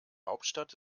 hauptstadt